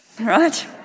Right